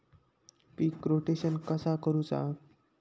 पीक rotation कसा करूचा?